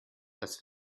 das